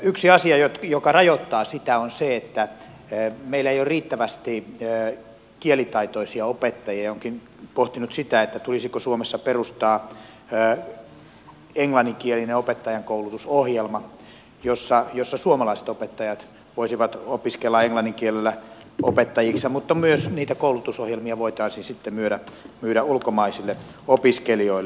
yksi asia joka rajoittaa sitä on se että meillä ei ole riittävästi kielitaitoisia opettajia ja olenkin pohtinut sitä tulisiko suomessa perustaa englanninkielinen opettajankoulutusohjelma jossa suomalaiset opettajat voisivat opiskella englannin kielellä opettajiksi mutta myös niitä koulutusohjelmia voitaisiin sitten myydä ulkomaisille opiskelijoille